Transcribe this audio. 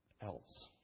else